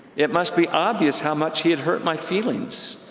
it must be obvious how much he had hurt my feelings.